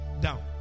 down